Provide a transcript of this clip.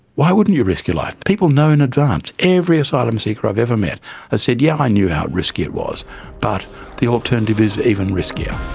why wouldn't you risk your life? people know in advance, every asylum seeker i've ever met has said, yes, i knew how risky it was but the alternative is even riskier.